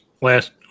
last